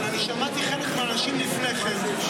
אבל אני שמעתי חלק מהאנשים לפני כן,